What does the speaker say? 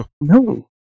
no